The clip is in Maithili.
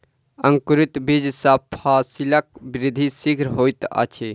अंकुरित बीज सॅ फसीलक वृद्धि शीघ्र होइत अछि